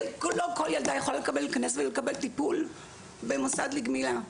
שלא כל ילדה יכולה להיכנס ולקבל טיפול במוסד לגמילה.